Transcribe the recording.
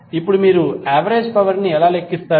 ఇప్పుడు మీరు average power ని ఎలా లెక్కిస్తారు